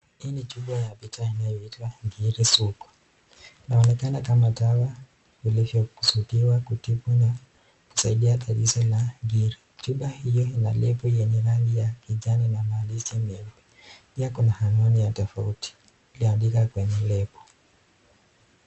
Hii ni chupa ya picha inayoitwa ngiri sugu inaonekana kama dawa iliyo kusudiwa kutibu tatizo la ngiri .Chupa hiyo ina lebo yenye rangi ya kijani na maandishi mengi. Pia kuna anwani tofauti iliyoandikwa kwenye lebo.